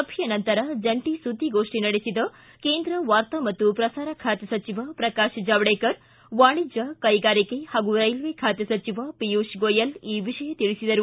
ಸಭೆಯ ನಂತರ ಜಂಟ ಸುದ್ದಿಗೋಷ್ಠಿ ನಡೆಸಿದ ಕೇಂದ್ರ ವಾರ್ತಾ ಮತ್ತು ಪ್ರಸಾರ ಖಾತೆ ಸಚಿವ ಪ್ರಕಾಶ್ ಜಾವಡೇಕರ್ ವಾಣಿಜ್ಯ ಕೈಗಾರಿಕೆ ಹಾಗೂ ರೈಲ್ವೆ ಖಾತೆ ಸಚಿವ ಪಿಯುಷ್ ಗೋಯಲ್ ಈ ವಿಷಯ ತಿಳಿಸಿದರು